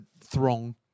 Throng